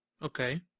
Okay